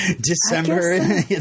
December